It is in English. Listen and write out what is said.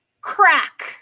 crack